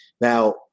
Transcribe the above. Now